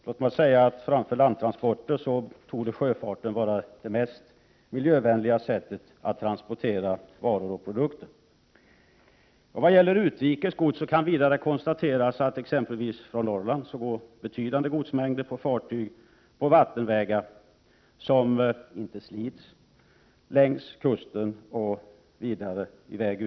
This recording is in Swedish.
Låt mig säga att sjöfarten torde vara det mest miljövänliga sättet att transportera varor och produkter. Vad gäller utrikes gods kan vidare konstateras att det exempelvis från Norrland går betydande godsmängder på fartyg på vattenvägar, som inte slits, längs kusten vidare ut i världen.